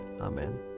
Amen